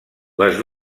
les